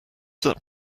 that